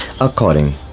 According